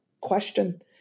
question